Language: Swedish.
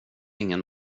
ingen